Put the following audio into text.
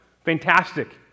Fantastic